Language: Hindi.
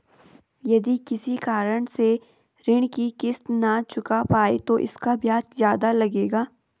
यदि किसी कारण से ऋण की किश्त न चुका पाये तो इसका ब्याज ज़्यादा लगेगा?